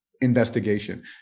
investigation